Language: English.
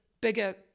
bigger